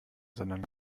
sondern